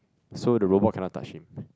so the robot cannot touch him